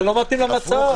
זה לא מתאים למצב.